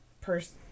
person